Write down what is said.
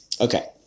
Okay